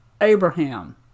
Abraham